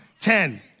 Ten